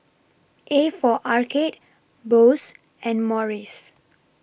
A For Arcade Bose and Morries